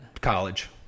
College